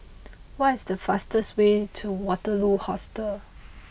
what is the fastest way to Waterloo Hostel